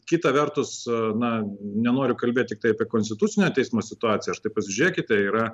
kita vertus na nenoriu kalbėt tiktai apie konstitucinio teismo situaciją štai pažiūrėkite yra